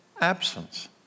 absence